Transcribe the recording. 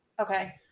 Okay